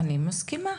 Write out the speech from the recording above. אני מסכימה.